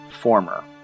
former